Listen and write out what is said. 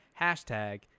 Hashtag